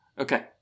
Okay